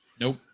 nope